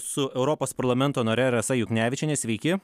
su europos parlamento nare rasa juknevičiene sveiki